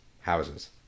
houses